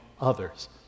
others